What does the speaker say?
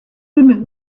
remove